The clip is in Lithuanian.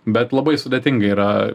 bet labai sudėtinga yra